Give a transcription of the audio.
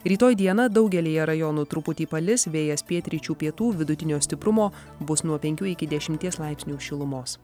rytoj dieną daugelyje rajonų truputį palis vėjas pietryčių pietų vidutinio stiprumo bus nuo penkių iki dešimies laipsnių šilumos